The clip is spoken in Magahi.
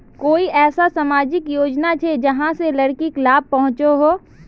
कोई ऐसा सामाजिक योजना छे जाहां से लड़किक लाभ पहुँचो हो?